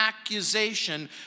accusation